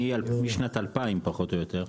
משנת 2000 פחות או יותר,